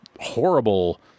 horrible